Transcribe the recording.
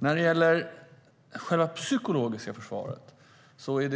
När det gäller själva det psykologiska försvaret är